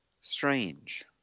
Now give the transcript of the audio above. Strange